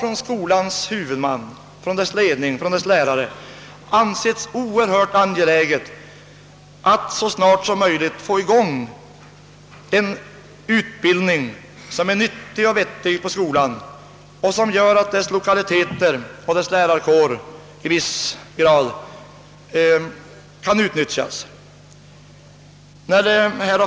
Men skolans huvudman, dess ledning och lärare har ansett det oerhört angeläget att så snart som möjligt få i gång en utbildning som är nyttig och vettig och som gör att skolans lokaler och lärarkår i viss grad kan utnyttjas.